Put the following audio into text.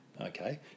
Okay